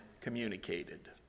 communicated